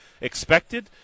expected